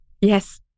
Yes